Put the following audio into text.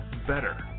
better